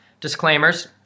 disclaimers